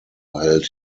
held